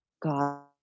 God